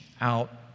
out